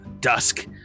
dusk